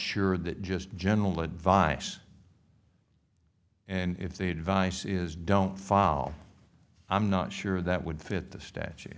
sure that just general advice and if the advice is don't fall i'm not sure that would fit the statute